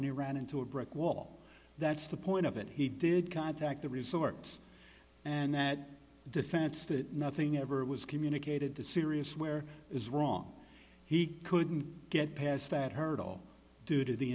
iran into a brick wall that's the point of it he did contact the resort and that defense that nothing ever was communicated the serious where is wrong he couldn't get past that hurdle due to the